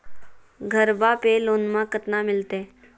घरबा पे लोनमा कतना मिलते?